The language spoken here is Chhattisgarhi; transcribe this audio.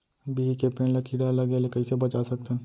बिही के पेड़ ला कीड़ा लगे ले कइसे बचा सकथन?